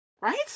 right